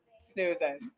snoozing